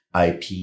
IP